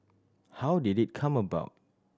how did it come about